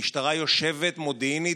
המשטרה יושבת מודיעינית,